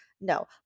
No